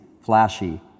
flashy